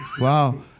Wow